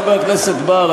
חבר הכנסת בר,